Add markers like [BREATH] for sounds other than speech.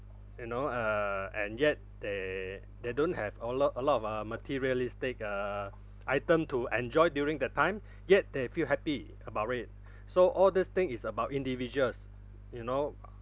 you know err and yet they they don't have a lot a lot of uh materialistic err item to enjoy during that time [BREATH] yet they feel happy about it [BREATH] so all this thing is about individuals you know